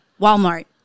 Walmart